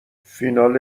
فینال